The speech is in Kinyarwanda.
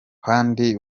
kandi